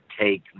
take